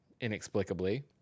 Inexplicably